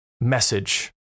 message